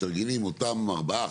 מתארגנים אותם ארבעה,